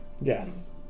Yes